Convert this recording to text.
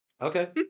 Okay